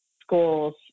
schools